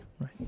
right